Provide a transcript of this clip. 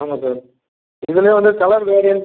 ஆமாம் சார் இதுலே வந்து கலர் வேரியண்ட்